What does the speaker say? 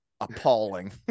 Appalling